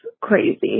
crazy